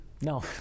No